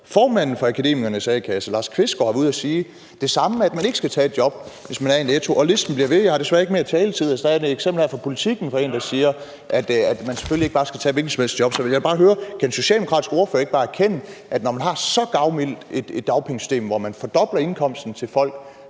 Formanden for Akademikernes A-kasse, Lars Qvistgaard, har været ude at sige det samme: at man ikke skal tage et job, hvis det er i Netto. Og listen bliver ved. Jeg har desværre ikke mere taletid. Jeg står med et eksempel her fra Politiken, hvor der er en, der siger, at man selvfølgelig ikke bare skal tage et hvilket som helst job. Så jeg vil bare høre: Kan den socialdemokratiske ordfører ikke bare erkende, at når man har så gavmildt et dagpengesystem, hvor man fordobler indkomsten til folk,